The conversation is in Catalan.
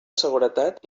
seguretat